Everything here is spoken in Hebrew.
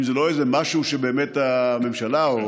אם זה לא איזה משהו שבאמת הממשלה או